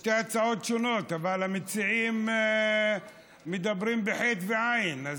אלה שתי הצעות שונות אבל המציעים מדברים בחי"ת ועי"ן,